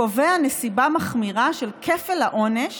הקובע נסיבה מחמירה של כפל העונש